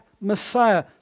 Messiah